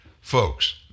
Folks